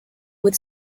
with